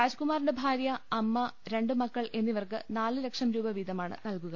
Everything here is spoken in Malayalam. രാജ്കുമാറിന്റെ ഭാര്യ അമ്മ രണ്ട് മക്കൾ എന്നിവർക്ക് നാല് ലക്ഷം രൂപ വീതമാണ് നൽകുക